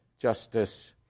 justice